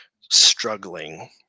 struggling